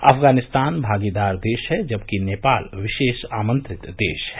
अफगानिस्तान भागीदार देश है जबकि नेपाल विशेष आमंत्रित देश है